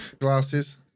Glasses